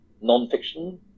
non-fiction